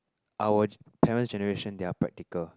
our parents' generation they are practical